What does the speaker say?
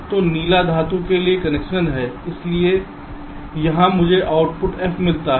तो नीला धातु के लिए कन्वेंशन है इसलिए यहां मुझे आउटपुट f मिलता है